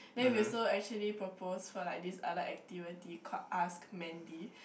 then we also actually propose for like this other activity called ask Mandy